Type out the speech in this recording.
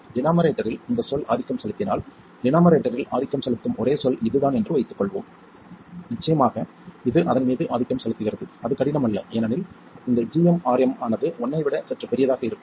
டினோமரேட்டரில் இந்த சொல் ஆதிக்கம் செலுத்தினால் டினோமரேட்டரில் ஆதிக்கம் செலுத்தும் ஒரே சொல் இதுதான் என்று வைத்துக்கொள்வோம் நிச்சயமாக இது அதன் மீது ஆதிக்கம் செலுத்துகிறது அது கடினம் அல்ல ஏனெனில் இந்த gmRm ஆனது 1 ஐ விட சற்று பெரியதாக இருக்கும்